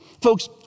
Folks